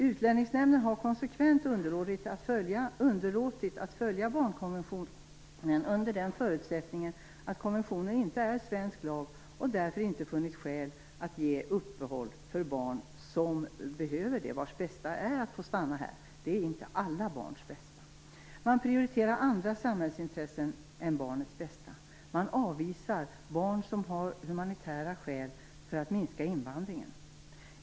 Utlänningsnämnden har konsekvent underlåtit att följa barnkonventionen under förutsättningen att konventionen inte är svensk lag. Man har därför inte funnit skäl att ge uppehållstillstånd åt barn som behöver det, vars bästa är att få stanna här. Detta är inte "alla barns bästa". Man prioriterar andra samhällsintressen än barnets bästa. Man avvisar barn som har humanitära skäl för att minska invandringen.